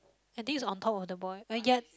I think is on top of the boy uh ya